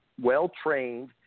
well-trained